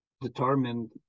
determined